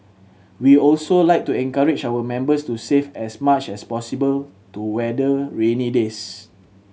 we also like to encourage our members to save as much as possible to weather rainy days